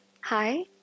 Hi